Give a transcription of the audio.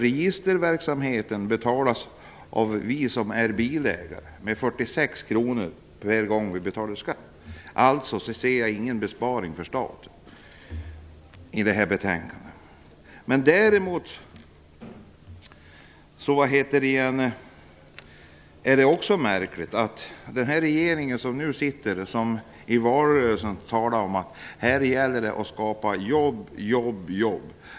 Registerverksamheten betalas ju av oss bilägare med 46 kronor per skatteinbetalningstillfälle, och jag kan alltså inte se någon besparing för staten. En annan märklig sak är att man i valrörelsen talade om att skapa jobb, jobb och åter jobb.